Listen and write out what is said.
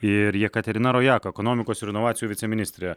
ir jekaterina rojaka ekonomikos ir inovacijų viceministrė